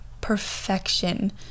perfection